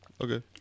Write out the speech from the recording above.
okay